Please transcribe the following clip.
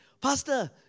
Pastor